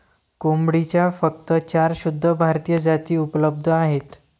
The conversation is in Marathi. कोंबडीच्या फक्त चार शुद्ध भारतीय जाती उपलब्ध आहेत